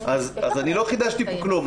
אז אני לא חידשתי פה כלום.